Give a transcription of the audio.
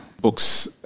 books